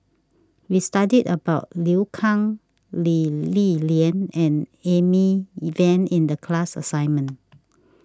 we studied about Liu Kang Lee Li Lian and Amy E Van in the class assignment